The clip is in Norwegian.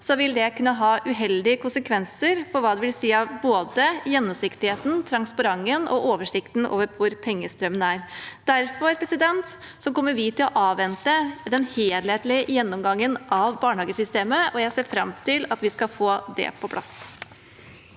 er, vil det kunne ha uheldige konsekvenser for hva det vil si for både gjennomsiktigheten, transparensen og oversikten over pengestrømmene. Derfor kommer vi til å avvente den helhetlige gjennomgangen av barnehagesystemet, og jeg ser fram til at vi skal få det på plass.